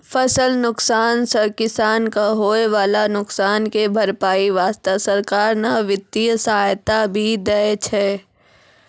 फसल नुकसान सॅ किसान कॅ होय वाला नुकसान के भरपाई वास्तॅ सरकार न वित्तीय सहायता भी दै छै